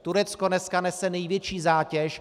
Turecko dneska nese největší zátěž.